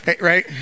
Right